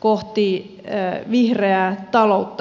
kohti vihreää taloutta